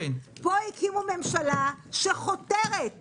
פה הקימו ממשלה שחותרת